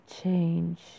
change